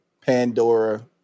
Pandora